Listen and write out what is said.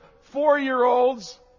four-year-olds